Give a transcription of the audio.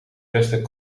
resten